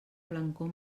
blancor